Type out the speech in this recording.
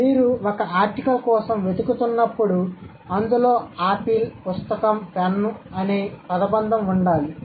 మీరు ఒక ఆర్టికల్ కోసం వెతుకుతున్నప్పుడు అందులో ఆపిల్ పుస్తకం పెన్ను అనే పదబంధం ఉండాలి